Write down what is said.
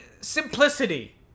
simplicity